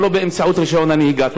אבל לא באמצעות רישיון הנהיגה.